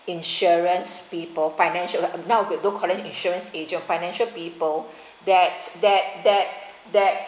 insurance people financial now don't call them insurance agent financial people that that that that